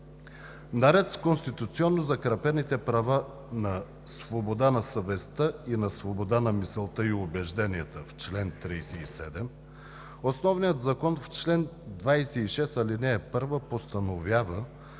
Наред с конституционно закрепените права на свобода на съвестта и на свобода на мисълта и убежденията в чл. 37 основният закон в чл. 26, ал. 1 постановява,